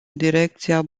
direcția